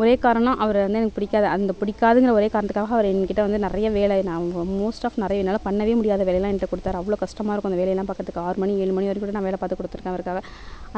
ஒரே காரணம் அவர வந்து எனக்கு பிடிக்காது அந்த பிடிக்காதுங்கிற ஒரே காரணத்துக்காக அவரு என் கிட்ட வந்து நிறையா வேலை ஒரு மோஸ்ட் ஆஃப் நிறைய என்னால் பண்ணவே முடியாத வேலைலாம் என்கிட்ட கொடுத்தாரு அவ்வளோ கஷ்டமாக இருக்கும் அந்த வேலைலாம் பாக்கிறத்துக்கு ஆறு மணி ஏழு மணி வரைக்கும் கூட நான் வேலை பார்த்து கொடுத்துருக்கேன் அவருக்காக